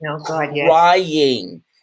crying